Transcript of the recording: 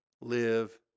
live